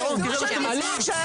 תראה מה שאתם עושים.